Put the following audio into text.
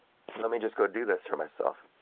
let me just go do this for myself.